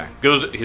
goes